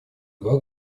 два